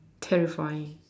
terrifying